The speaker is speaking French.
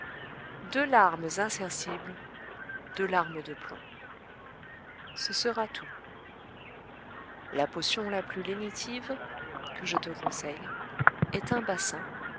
deux larmes incoercibles deux larmes de plomb ce sera tout la potion la plus lénitive que je te conseille est un bassin